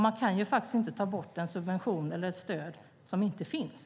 Man kan inte ta bort en subvention eller ett stöd som inte finns.